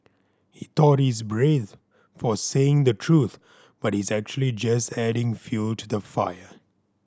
he thought he's brave for saying the truth but he's actually just adding fuel to the fire